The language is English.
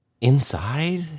inside